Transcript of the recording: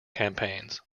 campaigns